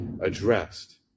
addressed